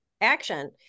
action